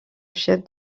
chef